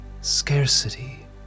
scarcity